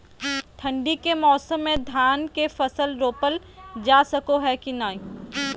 ठंडी के मौसम में धान के फसल रोपल जा सको है कि नय?